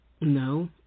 no